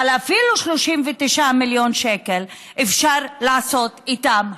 אבל אפילו 39 מיליון אפשר לעשות איתם המון: